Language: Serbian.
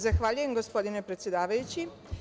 Zahvaljujem, gospodine predsedavajući.